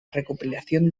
recopilación